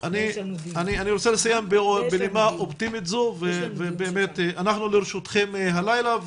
אני רוצה לסיים בנימה אופטימית ואנחנו לרשותכם הלילה,